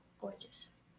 gorgeous